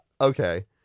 Okay